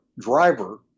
driver